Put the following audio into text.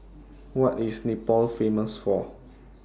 What IS Nepal Famous For